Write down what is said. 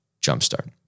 jumpstart